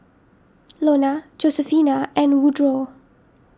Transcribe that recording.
Lona Josefina and Woodroe